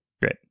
Great